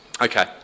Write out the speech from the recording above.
Okay